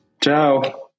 Ciao